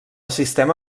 sistema